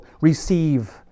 receive